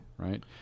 Right